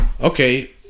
Okay